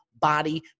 body